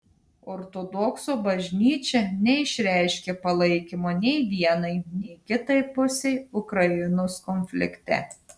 ortodoksų bažnyčia neišreiškė palaikymo nei vienai nei kitai pusei ukrainos konflikte